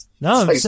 No